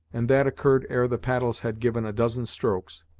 and that occurred ere the paddles had given a dozen strokes,